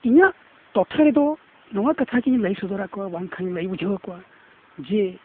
ᱤᱧᱟᱹᱜ ᱴᱚᱴᱷᱟ ᱨᱮᱫᱚ ᱱᱚᱣᱟ ᱠᱟᱛᱷᱟᱜᱮᱧ ᱞᱟᱹᱭ ᱥᱚᱫᱚᱨ ᱟᱠᱚᱣᱟ ᱵᱟᱝᱠᱷᱟᱱ ᱤᱧ ᱞᱟᱹᱭ ᱵᱩᱡᱷᱟᱹᱣ ᱟᱠᱚᱣᱟ ᱡᱮ